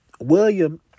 William